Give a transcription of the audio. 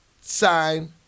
Sign